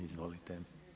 Izvolite.